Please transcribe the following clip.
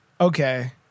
okay